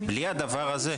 בלי הדבר הזה,